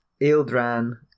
ildran